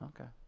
Okay